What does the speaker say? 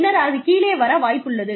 பின்னர் அது கீழே வர வாய்ப்புள்ளது